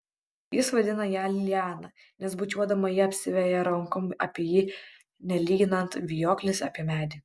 jis vadina ją liana nes bučiuodama ji apsiveja rankom apie jį nelyginant vijoklis apie medį